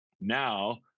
now